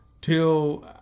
till